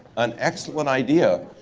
an excellent idea.